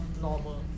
normal